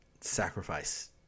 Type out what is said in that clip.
sacrifice